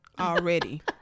already